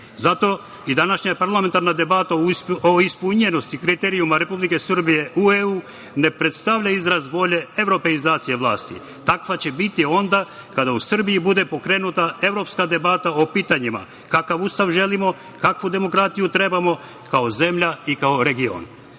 i današnja parlamentarna debata o ispunjenosti kriterijuma Republike Srbije u EU ne predstavlja izraz volje evropeizacije vlasti. Takva će biti onda kada u Srbiji bude pokrenuta evropska debata o pitanjima kakav ustav želimo, kakvu demokratiju trebamo kao zemlja i kao region. Možda